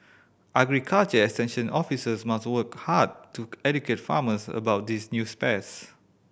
agriculture extension officers must work hard to educate farmers about these new pests